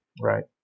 Right